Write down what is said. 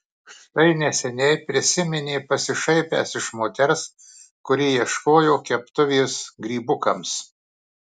štai neseniai prisiminė pasišaipęs iš moters kuri ieškojo keptuvės grybukams